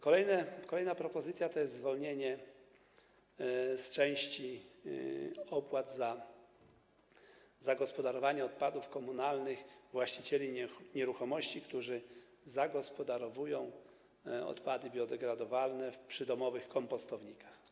Kolejna propozycja to jest zwolnienie z części opłat za gospodarowanie odpadami komunalnymi właścicieli nieruchomości, którzy zagospodarowują odpady biodegradowalne w przydomowych kompostownikach.